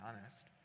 honest